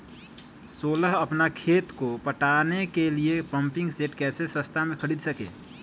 सोलह अपना खेत को पटाने के लिए पम्पिंग सेट कैसे सस्ता मे खरीद सके?